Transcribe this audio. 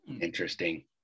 Interesting